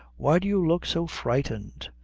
why do you look so frightened?